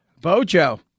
Bojo